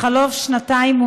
בחלוף שנתיים,